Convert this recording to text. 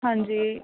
ਹਾਂਜੀ